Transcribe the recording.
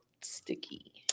sticky